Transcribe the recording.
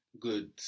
Good